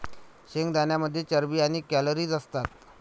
शेंगदाण्यांमध्ये चरबी आणि कॅलरीज असतात